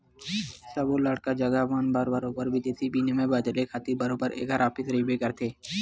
सबे बड़का जघा मन म बरोबर बिदेसी बिनिमय बदले खातिर बरोबर ऐखर ऑफिस रहिबे करथे